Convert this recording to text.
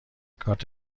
کارت